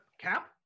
cap